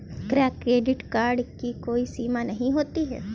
क्या credit card की कोई समय सीमा होती है?